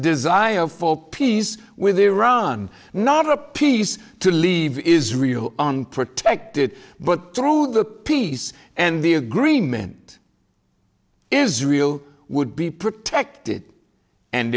desire for peace with iran not a peace to leave israel unprotected but through the peace and the agreement israel would be protected and